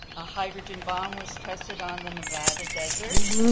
a hydrogen bomb was tested on the nevada desert.